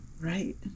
Right